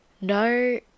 no